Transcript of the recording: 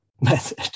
method